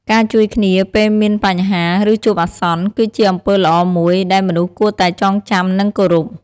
ការជួយគ្នា ពេលមានបញ្ហា ឬជួបអាសន្ន គឺជាអំពើល្អមួយ ដែលមនុស្សគួរតែចងចាំ និងគោរព។